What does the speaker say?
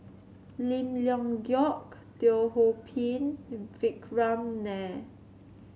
Lim Leong Geok Teo Ho Pin Vikram Nair